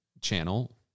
channel